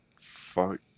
Fuck